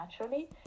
naturally